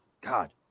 God